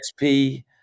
XP